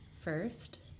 First